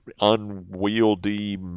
unwieldy